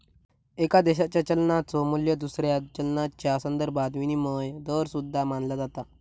एका देशाच्यो चलनाचो मू्ल्य दुसऱ्या चलनाच्यो संदर्भात विनिमय दर सुद्धा मानला जाता